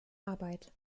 arbeit